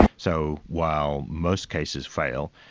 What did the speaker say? so while most cases fail,